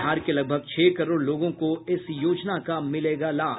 बिहार के लगभग छह करोड़ लोगों को इस योजना का मिलेगा लाभ